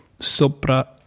Sopra